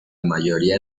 mayoría